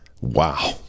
wow